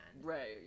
Right